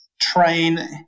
train